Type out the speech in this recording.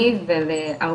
בבקשה יפית.